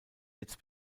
jetzt